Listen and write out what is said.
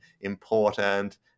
important